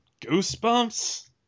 Goosebumps